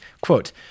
Quote